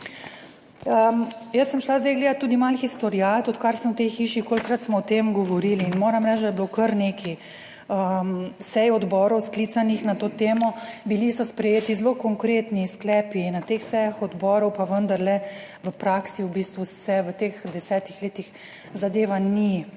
Jaz sem šla zdaj gledati tudi malo historiat odkar sem v tej hiši, kolikokrat smo o tem govorili in moram reči, da je bilo kar nekaj sej odborov sklicanih na to temo, bili so sprejeti zelo konkretni sklepi na teh sejah odborov, pa vendarle v praksi v bistvu se v teh desetih letih zadeva ni